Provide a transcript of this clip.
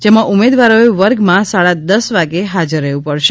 જેમાં ઉમેદવારોએ વર્ગમાં સાડા દસ વાગ્યે હાજર રહેવું પડશે